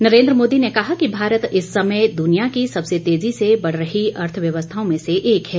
नरेन्द्र मोदी ने कहा कि भारत इस समय दुनिया की सबसे तेजी से बढ़ रही अर्थव्यवस्थाओं में से एक है